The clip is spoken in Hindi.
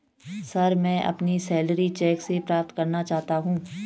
सर, मैं अपनी सैलरी चैक से प्राप्त करना चाहता हूं